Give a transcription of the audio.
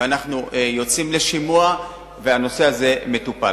אנחנו יוצאים לשימוע והנושא הזה מטופל.